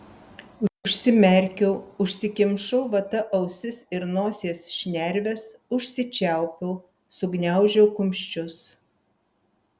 užsimerkiau užsikimšau vata ausis ir nosies šnerves užsičiaupiau sugniaužiau kumščius